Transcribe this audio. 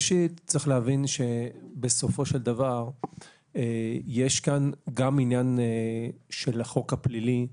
צריך להבין שבסופו של דבר יש כאן גם עניין של החוק הפלילי,